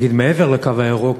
נגיד מעבר לקו הירוק,